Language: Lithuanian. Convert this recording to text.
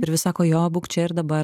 ir vis sako jo būk čia ir dabar